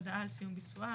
הודעה על סיום ביצועה,